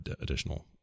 additional